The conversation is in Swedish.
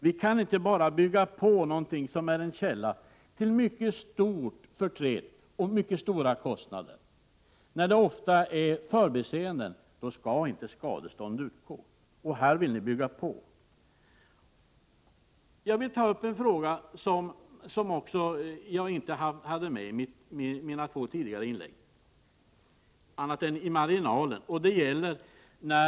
Vi kan inte fortsätta att bygga ut något som är en källa till mycken förtret och mycket stora kostnader. När det är fråga om förbiseenden skall skadestånd inte utgå, men här vill ni bygga ut möjligheterna ytterligare. Jag vill också säga några ord om en fråga som jag inte annat än marginellt tagit upp i mina två tidigare inlägg.